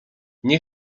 nie